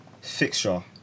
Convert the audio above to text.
fixture